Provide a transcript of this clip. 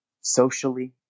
socially